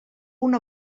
una